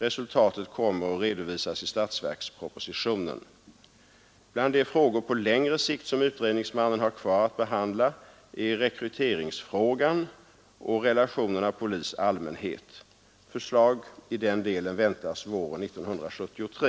Resultatet kommer att redovisas i statsverkspropositionen. Bland de frågor på längre sikt som utredningsmannen har kvar att behandla är rekryteringsfrågan och relationerna polis—allmänhet. Förslag i den delen väntas våren 1973.